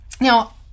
Now